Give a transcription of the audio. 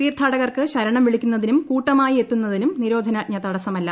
തീർഥാടകർക്ക് ശരണം വിളിക്കുന്നതിനും കൂട്ടമായി എത്തുന്നതിനും നിരോധനാജ്ഞ തടസ്സമല്ല